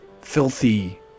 filthy